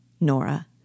Nora